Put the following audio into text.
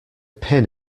pin